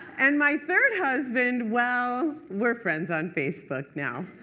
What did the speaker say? and my third husband, well, we're friends on facebook now.